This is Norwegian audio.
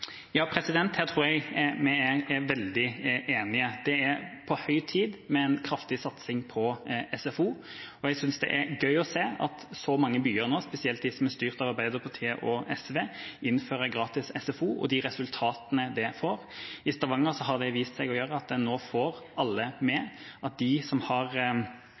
Ja, her tror jeg vi er veldig enige. Det er på høy tid med en kraftig satsing på SFO, og jeg synes det er gøy å se at så mange byer nå, spesielt de som er styrt av Arbeiderpartiet og SV, innfører gratis SFO, og de resultatene det gir. I Stavanger har det vist seg å føre til at en nå får alle med, at de som har